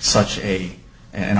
such a an